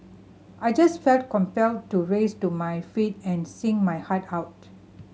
I just felt compelled to rise to my feet and sing my heart out